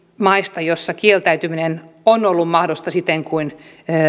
maista joissa kieltäytyminen on ollut mahdollista siten kuin